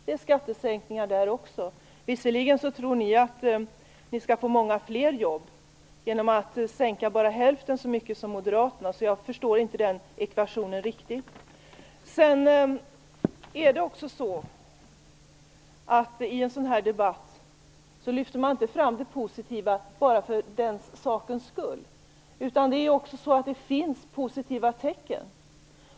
Det är skattesänkningar där också. Ni tror visserligen att ni skall få många fler jobb genom att sänka bara hälften så mycket som Moderaterna. Jag förstår inte den ekvationen riktigt. I en sådan här debatt lyfter man inte fram det positiva bara för sakens skull, utan det finns positiva tecken.